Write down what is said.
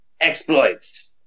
exploits